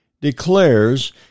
declares